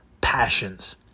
passions